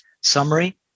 summary